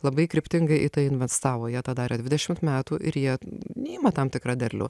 labai kryptingai į tai investavo jie tą darė dvidešimt metų ir jie ima tam tikra derlių